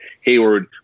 Hayward